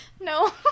No